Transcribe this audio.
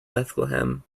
bethlehem